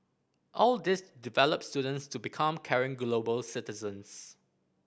all this develop students to become caring global citizens